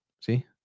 See